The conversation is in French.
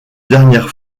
dernière